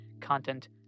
content